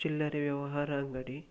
ಚಿಲ್ಲರೆ ವ್ಯವಹಾರ ಅಂಗಡಿ